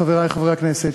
חברי חברי הכנסת,